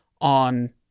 on